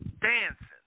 dancing